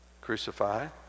crucified